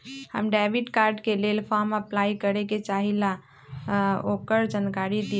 हम debit card के लेल फॉर्म अपलाई करे के चाहीं ल ओकर जानकारी दीउ?